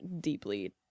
deeply